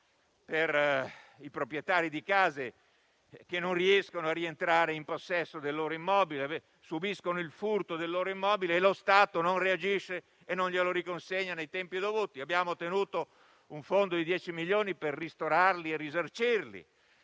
per i proprietari di case che non riescono a rientrare in possesso del loro immobile: subiscono il furto del loro immobile, lo Stato non reagisce e non glielo riconsegna nei tempi dovuti. Abbiamo tenuto un fondo da 10 milioni per ristorarli e risarcirli.